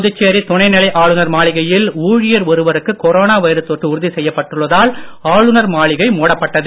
புதுச்சேரி துணைநிலை ஆளுநர் மாளிகையில் ஊழியர் ஒருவருக்கு கொரோனா வைரஸ் தொற்று உறுதி செய்யப்பட்டதால் ஆளுநர் மாளிகை மூடப்பட்டது